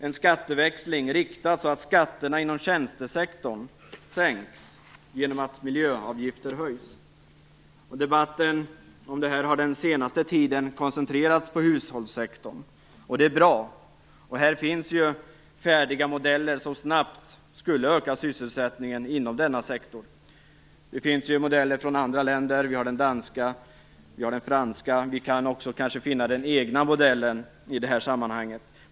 En skatteväxling riktad så att skatterna inom tjänstesektorn sänks genom att miljöavgifter höjs. Debatten om det här har under den senaste tiden koncentrerats på hushållssektorn, och det är bra. Här finns ju färdiga modeller, som snabbt skulle öka sysselsättningen inom denna sektor. Det finns modeller från andra länder; det är den danska och den franska, och vi kanske kan finna den egna modellen i det här sammanhanget.